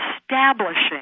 establishing